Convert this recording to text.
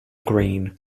green